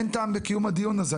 אין טעם בקיום הדיון הזה,